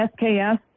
SKS